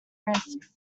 risks